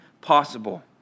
possible